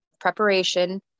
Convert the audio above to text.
preparation